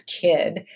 kid